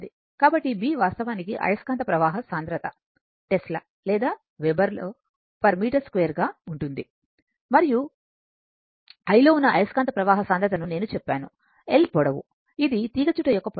కాబట్టి B వాస్తవానికి అయస్కాంత ప్రవాహ సాంద్రత టెస్లా లేదా వెబెర్లోm2 గా ఉంటుంది మరియు l లో ఉన్న అయస్కాంత ప్రవాహ సాంద్రతను నేను చెప్పాను ఇది l పొడవు ఇది తీగచుట్ట యొక్క పొడవు